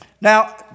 Now